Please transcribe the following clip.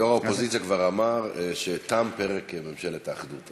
יושב-ראש האופוזיציה כבר אמר שתם פרק ממשלת האחדות.